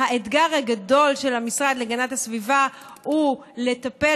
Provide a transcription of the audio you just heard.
אבל האתגר הגדול של הגנת הסביבה הוא לטפל